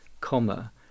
comma